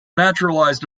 naturalised